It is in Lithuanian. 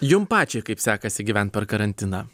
jum pačiai kaip sekasi gyvent per karantiną